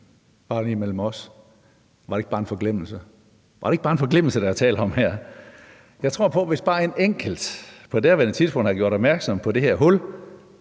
bare lige mellem os: Var det ikke bare en forglemmelse? Er det ikke bare en forglemmelse, der er tale om her? Jeg tror på, at hvis der bare havde været en enkelt, der på et tidspunkt havde gjort opmærksom på det hul,